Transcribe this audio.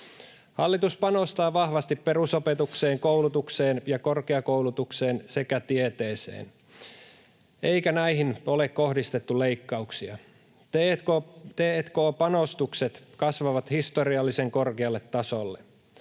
Hallitus panostaa vahvasti perusopetukseen, koulutukseen ja korkeakoulutukseen sekä tieteeseen, eikä näihin ole kohdistettu leikkauksia. T&k-panostukset kasvavat historiallisen korkealle tasolle.